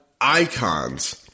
icons